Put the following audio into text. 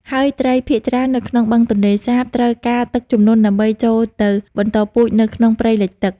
ហើយត្រីភាគច្រើននៅក្នុងបឹងទន្លេសាបត្រូវការទឹកជំនន់ដើម្បីចូលទៅបន្តពូជនៅក្នុងព្រៃលិចទឹក។